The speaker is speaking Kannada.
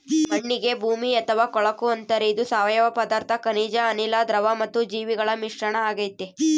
ಮಣ್ಣಿಗೆ ಭೂಮಿ ಅಥವಾ ಕೊಳಕು ಅಂತಾರೆ ಇದು ಸಾವಯವ ಪದಾರ್ಥ ಖನಿಜ ಅನಿಲ, ದ್ರವ ಮತ್ತು ಜೀವಿಗಳ ಮಿಶ್ರಣ ಆಗೆತೆ